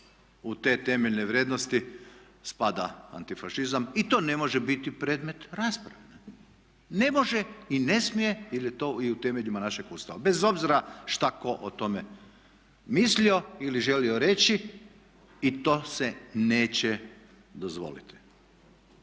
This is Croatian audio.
u te temeljne vrijednosti spada antifašizam i to ne može biti predmet rasprave. Ne može i ne smije jer je to i u temeljima našeg Ustava bez obzira šta tko o tome mislio ili želio reći. I to se neće dozvoliti.